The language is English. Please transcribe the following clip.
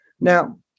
Now